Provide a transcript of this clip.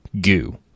goo